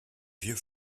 vieux